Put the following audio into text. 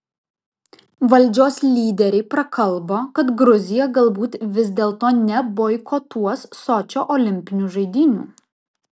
valdžios lyderiai prakalbo kad gruzija galbūt vis dėlto neboikotuos sočio olimpinių žaidynių